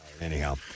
Anyhow